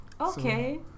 Okay